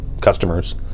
customers